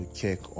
check